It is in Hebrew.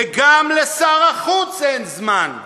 וגם לשר החוץ אין זמן,